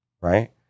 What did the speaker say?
Right